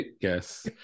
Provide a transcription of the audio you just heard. Yes